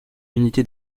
unité